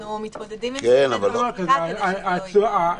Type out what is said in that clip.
אנחנו מתמודדים עם זה כעת בחקיקה כדי שזה לא יהיה.